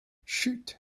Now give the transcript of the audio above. chut